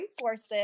resources